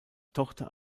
tochter